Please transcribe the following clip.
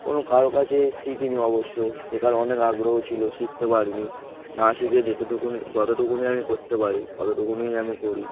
কোনো কারো কাছে শিখিনি অবশ্য শেখার অনেক আগ্রহ ছিল শিখতে পারিনি না শিখে যেতটুকুনি যতটুকুনি আমি করতে পারি ততটুকুনিই আমি করি